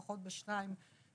לפחות בשניים,